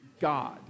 God